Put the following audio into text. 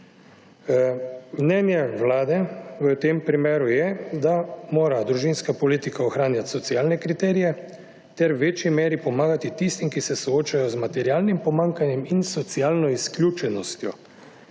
Mnenje Vlade v tem primeru je, da mora družinska politika ohranjati socialne kriterije ter v večji meri pomagati tistim, ki se soočajo z materialnim pomanjkanjem in socialno izključenostjo.